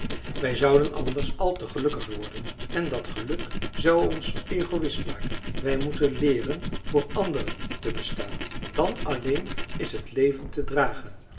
wij zouden anders al te gelukkig worden en dat geluk zou ons egoïst maken wij moeten leeren voor anderen te bestaan dan alleen is het leven te dragen